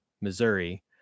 Missouri